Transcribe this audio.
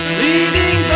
leading